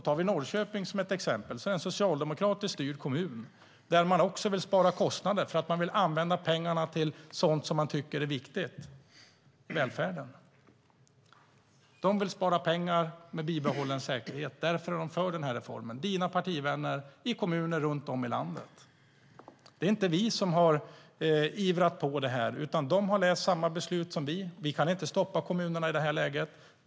Tar vi Norrköping som ett exempel är det en socialdemokratiskt styrd kommun där de också vill spara kostnader. Man vill använda pengarna till sådant som man tycker är viktigt, välfärden. De vill spara pengar med bibehållen säkerhet. Därför är de för reformen. Det är dina partivänner i kommuner runt om i landet. Det är inte vi som har ivrat på detta. De har läst samma beslut som vi. Vi kan inte stoppa kommunerna i det här läget.